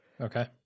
Okay